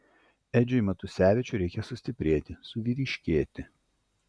edžiui matusevičiui reikia sustiprėti suvyriškėti